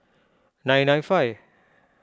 nine nine five